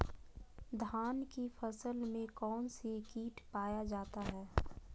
धान की फसल में कौन सी किट पाया जाता है?